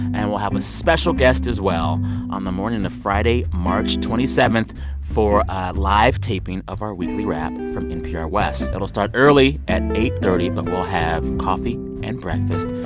and we'll have a special guest as well on the morning of friday, march twenty seven for a live taping of our weekly wrap from npr west. it'll start early at eight thirty, but we'll have coffee and breakfast.